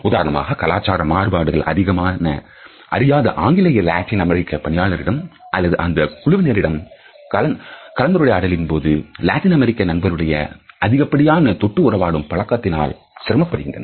உதாரணமாக கலாச்சார மாறுபாடுகள் அறியாத ஆங்கிலேயர் லத்தீன் அமெரிக்க பணியாளர்களிடம் அல்லது அந்த குழுவினரிடம் கலந்துரையாடலின் போது லத்தின் அமெரிக்க நண்பர்களுடைய அதிகப்படியான தொட்டு உறவாடும் பழக்கத்தினால் சிரமப்படுகிறார்